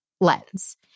lens